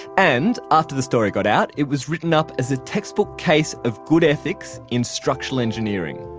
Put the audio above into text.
and, after the story got out, it was written up as a textbook case of good ethics in structural engineering.